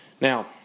Now